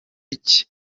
iki